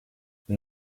j’ai